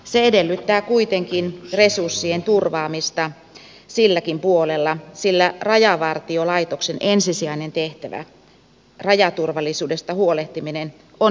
se edellyttää kuitenkin resurssien turvaamista silläkin puolella sillä myös rajavartiolaitoksen ensisijainen tehtävä rajaturvallisuudesta huolehtiminen on hoidettava hyvin